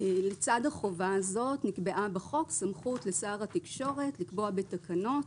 לצד החובה הזאת נקבעה בחוק סמכות לשר התקשורת לקבוע בתקנות,